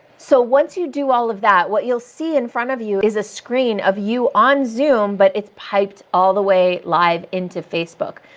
so, once you do all of that, what you'll see in front of you is a screen of you on zoom but it's piped all the way live into facebook.